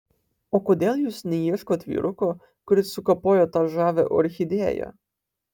o kodėl jūs neieškot vyruko kuris sukapojo tą žavią orchidėją